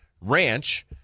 ranch